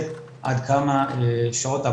אז בבקשה, נציג משרד